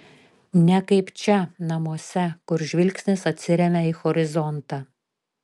ne kaip čia namuose kur žvilgsnis atsiremia į horizontą